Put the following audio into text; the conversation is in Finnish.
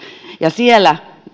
ja siellä